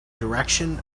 direction